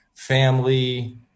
Family